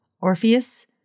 Orpheus